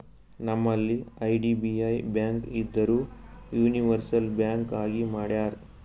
ನಂಬಲ್ಲಿ IDBI bank ಇದ್ದಿದು universal bank ಆಗಿ ಮಾಡ್ಯಾರ್